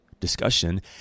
discussion